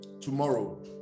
tomorrow